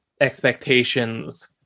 expectations